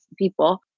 people